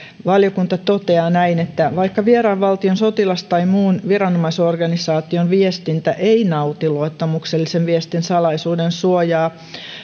valiokunta toteaa näin vaikka vieraan valtion sotilas tai muun viranomaisorganisaation viestintä ei nauti luottamuksellisen viestin salaisuuden suojaa